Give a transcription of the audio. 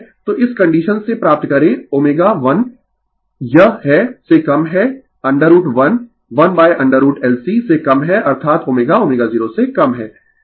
तो इस कंडीशन से प्राप्त करें ω 1यह है से कम है √1 1√LC से कम है अर्थात ω ω0 से कम है